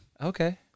Okay